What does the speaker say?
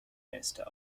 minister